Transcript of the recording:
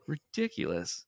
Ridiculous